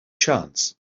chance